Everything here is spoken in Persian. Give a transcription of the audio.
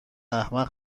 احمق